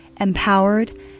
empowered